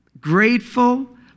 grateful